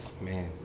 Man